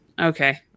Okay